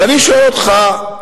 ואני שואל אותך,